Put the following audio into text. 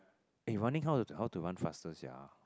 eh running how to how to run faster sia